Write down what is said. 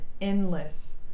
endless